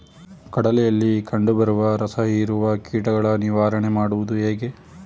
ಕಡಲೆಯಲ್ಲಿ ಕಂಡುಬರುವ ರಸಹೀರುವ ಕೀಟಗಳ ನಿವಾರಣೆ ಮಾಡುವುದು ಹೇಗೆ?